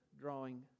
drawing